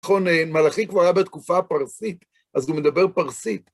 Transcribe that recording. נכון, מלאכי כבר היה בתקופה הפרסית, אז הוא מדבר פרסית.